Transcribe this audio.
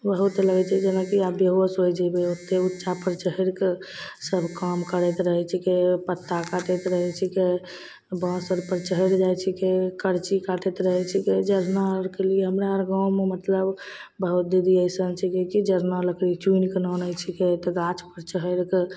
बहुत लगै छै जेनाकि अब बेहोश होइ जएबै ओतेक उँचापर चढ़िके सब काम करैत रहै छिकै पत्ता काटैत रहै छिकै बाँस आरपर चढ़ि जाइत छिकै करची काटैत रहैत छिकै जरना आरकेलिए हमरा गाममे मतलब बहुत बहुत दीदी अइसन छै कि जरना लकड़ी चुनिके आनै छिकै तऽ गाछपर चढ़िके